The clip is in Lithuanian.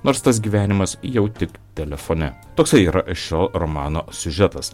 nors tas gyvenimas jau tik telefone toksai yra šio romano siužetas